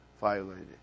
violated